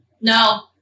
No